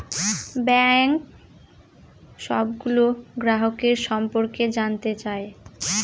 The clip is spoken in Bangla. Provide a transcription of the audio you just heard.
ব্যাঙ্ক সবগুলো গ্রাহকের সম্পর্কে জানতে চায়